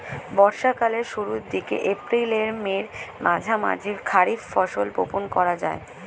বর্ষা কালের শুরুর দিকে, এপ্রিল আর মের মাঝামাঝি খারিফ শস্য বপন করা হয়